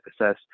assess